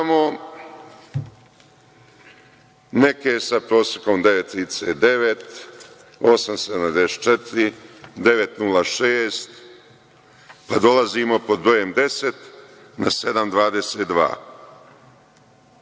imamo neke sa prosekom 9,39; 8,74; 9,06, pa dolazimo pod brojem 10 na 7,22